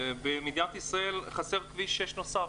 במדינת ישראל חסר כביש 6 נוסף.